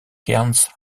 cairns